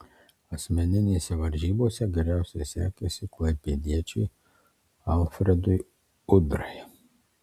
asmeninėse varžybose geriausiai sekėsi klaipėdiečiui alfredui udrai